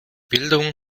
bildung